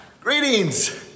Greetings